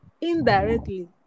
indirectly